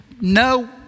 No